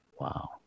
Wow